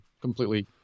completely